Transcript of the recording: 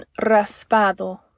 raspado